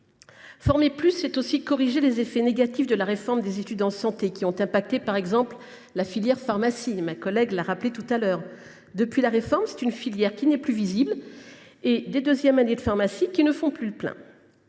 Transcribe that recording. Former plus, c’est aussi corriger les effets négatifs de la réforme des études de santé, laquelle a affecté, par exemple, la filière pharmacie – ma collègue l’a rappelé. Depuis la réforme, cette filière n’est plus visible et les deuxièmes années de pharmacie ne font plus le plein